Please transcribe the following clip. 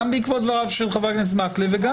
גם בעקבות דבריו של חבר הכנסת מקלב וגם